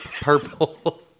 Purple